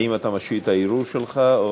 האם אתה משאיר את הערעור שלך?